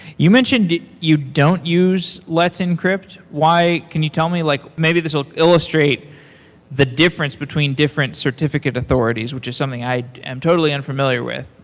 you mentioned you don't use let's encrypt. can you tell me like maybe this will illustrate the difference between different certificate authorities, which is something i am totally unfamiliar with.